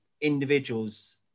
individuals